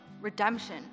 redemption